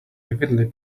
vividly